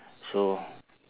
so